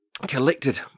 collected